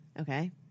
Okay